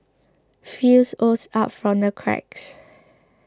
filth oozed out from the cracks